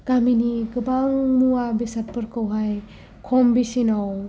गामिनि गोबां मुवा बेसादफोरखौहाय खम बेसेनाव